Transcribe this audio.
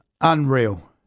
Unreal